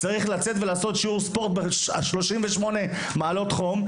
צריך לצאת ולעשות שיעור ספורט ב-38 מעלות חום?